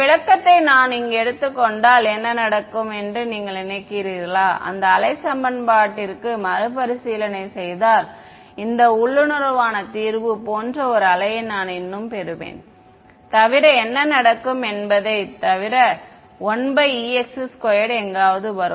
இந்த விளக்கத்தை நான் இங்கு எடுத்துக் கொண்டால் என்ன நடக்கும் என்று நீங்கள் நினைக்கிறீர்களோ அந்த அலை சமன்பாட்டிற்கு நான் மறுபரிசீலனை செய்தால் இந்த உள்ளுணர்வாக தீர்வு போன்ற ஒரு அலையை நான் இன்னும் பெறுவேன் தவிர என்ன நடக்கும் என்பதைத் தவிர இந்த 1ex 2 எங்காவது வரும்